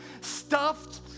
stuffed